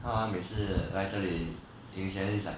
他每次来这里赢钱 is like